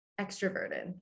extroverted